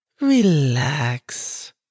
Relax